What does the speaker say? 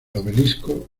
obelisco